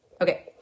okay